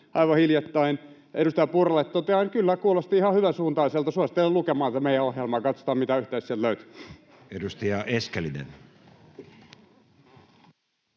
aivan hiljattain. Edustaja Purralle totean, että kyllä kuulosti ihan hyvänsuuntaiselta. Suosittelen lukemaan tätä meidän ohjelmaa, ja katsotaan, mitä yhteistä sieltä